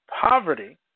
poverty